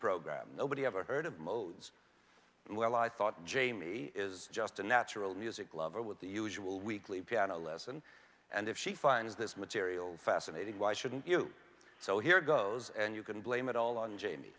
program nobody ever heard of modes well i thought jamie is just a natural music lover with the usual weekly piano lesson and if she finds this material fascinating why shouldn't you so here goes and you can blame it all on ja